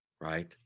right